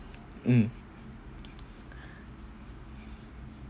mm